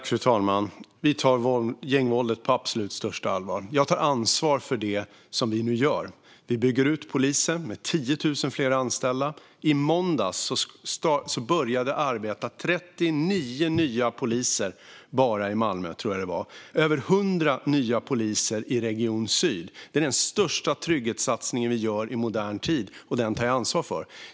Fru talman! Vi tar gängvåldet på absolut största allvar. Jag tar ansvar för det som vi nu gör. Vi bygger ut polisen med 10 000 fler anställda. I måndags började 39 nya poliser - tror jag att det var - att arbeta bara i Malmö. Över 100 nya poliser började i Region syd. Detta är den största trygghetssatsning vi gjort i modern tid, och den tar jag ansvar för.